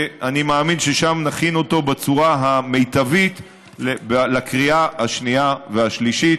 אני מאמין ששם נכין אותו בצורה המיטבית לקריאה השנייה והשלישית.